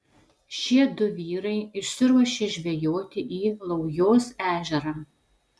šie du vyrai išsiruošė žvejoti į laujos ežerą